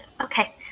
okay